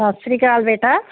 ਸਤਿ ਸ਼੍ਰੀ ਅਕਾਲ ਬੇਟਾ